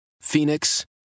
Phoenix